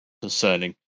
concerning